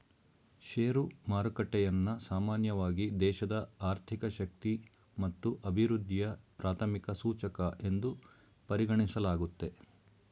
share ಮಾರುಕಟ್ಟೆಯನ್ನ ಸಾಮಾನ್ಯವಾಗಿ ದೇಶದ ಆರ್ಥಿಕ ಶಕ್ತಿ ಮತ್ತು ಅಭಿವೃದ್ಧಿಯ ಪ್ರಾಥಮಿಕ ಸೂಚಕ ಎಂದು ಪರಿಗಣಿಸಲಾಗುತ್ತೆ